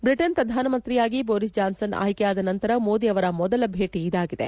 Britain ಪ್ರಧಾನಮಂತ್ರಿಯಾಗಿ Boris Johnson ಆಯ್ಕೆಯಾದ ನಂತರ ಮೋದಿ ಅವರ ಮೊದಲ ಭೇಟಿ ಇದಾಗಿದೆ